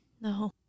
No